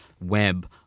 web